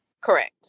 Correct